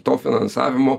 to finansavimo